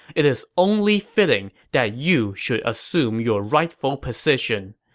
it is only fitting that you should assume your rightful position.